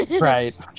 Right